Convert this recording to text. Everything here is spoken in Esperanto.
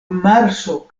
marso